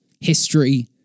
history